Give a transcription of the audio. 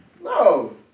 No